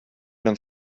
dem